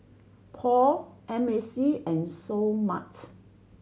Paul M A C and Seoul Mart